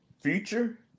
future